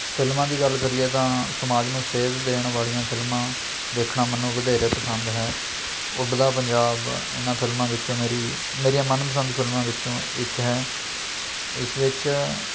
ਫਿਲਮਾਂ ਦੀ ਗੱਲ ਕਰੀਏ ਤਾਂ ਸਮਾਜ ਨੂੰ ਸੇਧ ਦੇਣ ਵਾਲੀਆਂ ਫਿਲਮਾਂ ਦੇਖਣਾ ਮੈਨੂੰ ਵਧੇਰੇ ਪਸੰਦ ਹੈ ਉੱਡਦਾ ਪੰਜਾਬ ਇਨ੍ਹਾਂ ਫਿਲਮਾਂ ਵਿੱਚੋ ਮੇਰੀ ਮੇਰੀਆਂ ਮਨਪਸੰਦ ਫਿਲਮਾਂ ਵਿੱਚੋਂ ਇੱਕ ਹੈ ਇਸ ਵਿੱਚ